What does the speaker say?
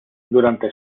durante